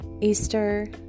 Easter